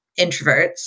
introverts